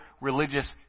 religious